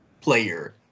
player